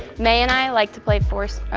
may and i like to play four,